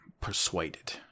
persuaded